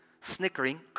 Snickering